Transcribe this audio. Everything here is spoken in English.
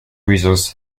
reasons